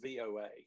VOA